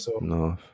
No